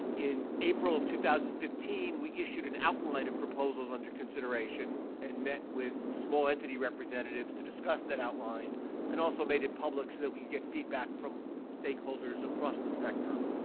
in april of two thousand and fifteen, we issued an outline of proposals under consideration and met with small-entity representatives to discuss that outline and also made it public so that we could get feedback from stakeholders across the spectrum.